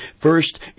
first